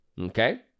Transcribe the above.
Okay